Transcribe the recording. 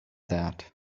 that